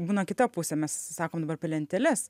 būna kita pusė mes sakom dabar apie lenteles